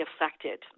affected